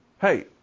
Hey